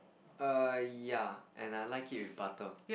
err ya and I like it with butter